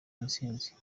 intsinzi